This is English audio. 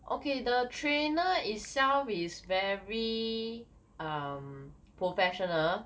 okay the trainer itself is very um professional